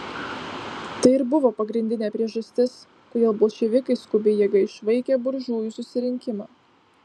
tai ir buvo pagrindinė priežastis kodėl bolševikai skubiai jėga išvaikė buržujų susirinkimą